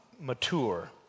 mature